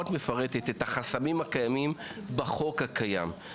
את מפרטת את החסמים הקיימים בחוק הקיים,